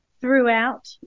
throughout